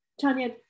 tanya